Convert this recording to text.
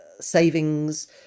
savings